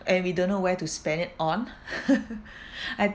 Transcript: and we don't know where to spend it on I